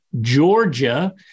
Georgia